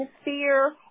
atmosphere